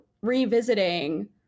revisiting